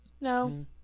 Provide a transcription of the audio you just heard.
No